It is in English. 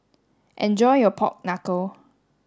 enjoy your pork knuckle